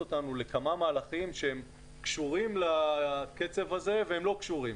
אותנו לכמה מהלכים שהם קשורים לקצב הזה והם לא קשורים.